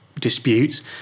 disputes